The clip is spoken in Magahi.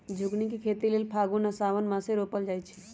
झिगुनी के खेती लेल फागुन आ साओंन मासमे रोपल जाइ छै